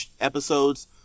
episodes